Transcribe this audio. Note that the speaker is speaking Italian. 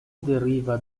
deriva